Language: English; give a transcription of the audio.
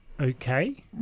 okay